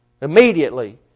Immediately